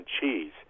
cheese